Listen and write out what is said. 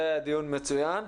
זה היה דיון מצוין.